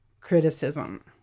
criticism